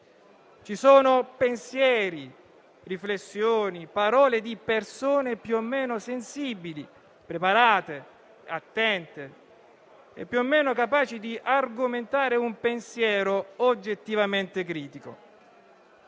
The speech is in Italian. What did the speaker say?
ci sono pensieri, riflessioni e parole di persone più o meno sensibili, preparate e attente e più o meno capaci di argomentare un pensiero oggettivamente critico.